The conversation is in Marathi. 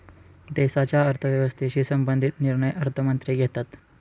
देशाच्या अर्थव्यवस्थेशी संबंधित निर्णय अर्थमंत्री घेतात